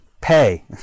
pay